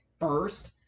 first